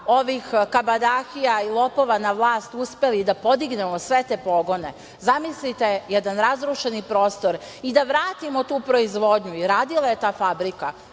ovih kabadahija i lopova na vlast, uspeli da podignemo sve te pogone. Zamislite jedan razrušeni prostor. I da vratimo tu proizvodnju i radila je ta fabrika,